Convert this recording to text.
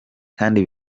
kandi